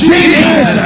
Jesus